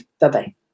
Bye-bye